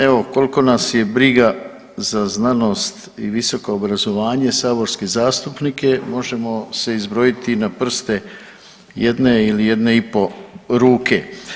Evo koliko nas je briga za znanost i visoko obrazovanje saborske zastupnike možemo se izbrojiti na prste jedne ili jedne i pol ruke.